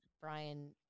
Brian